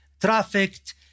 trafficked